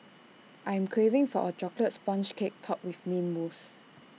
I am craving for A Chocolate Sponge Cake Topped with Mint Mousse